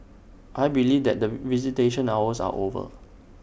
I believe that visitation hours are over